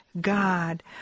God